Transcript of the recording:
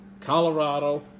Colorado